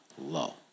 low